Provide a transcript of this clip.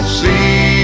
see